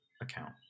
account